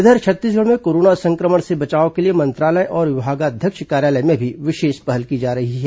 इधर छत्तीसगढ़ में कोरोना सं क्र मण से बचाव के लिए मंत्रालय और विभागाध्यक्ष कार्यालय में भी विशेष पहल की जा रही है